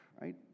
right